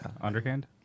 Underhand